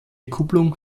kupplung